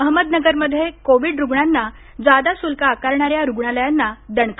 अहमदनगरमध्ये कोविड रुग्णांना जादा शुल्क आकारणाऱ्या रुग्णालयांना दणका